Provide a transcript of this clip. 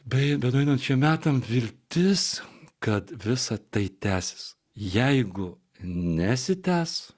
beje beduinų čia metam viltis kad visa tai tęsis jeigu nesitęs